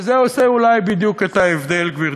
וזה אולי עושה בדיוק את ההבדל, גברתי.